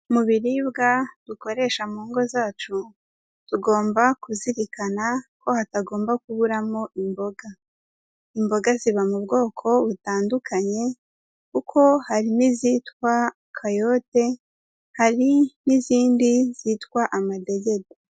Mu biribwa dukoresha mu ngo zacu, tugomba kuzirikana ko hatagomba kuburamo imboga. Imboga ziba mu bwoko butandukanye, kuko harimo izitwa kayote, hari n'izindi zitwa amadegede.